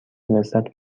لذت